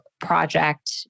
project